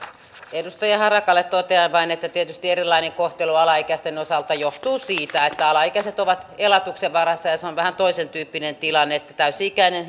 edustaja harakalle totean vain että tietysti erilainen kohtelu alaikäisten osalta johtuu siitä että alaikäiset ovat elatuksen varassa ja se on vähän toisentyyppinen tilanne täysi ikäinen